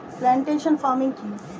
Plantation farming কি?